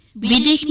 really